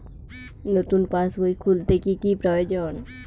নতুন পাশবই খুলতে কি কি প্রয়োজন?